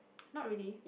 not really